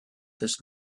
this